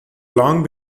long